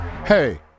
Hey